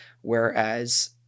Whereas